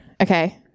Okay